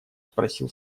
спросил